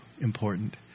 important